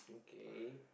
K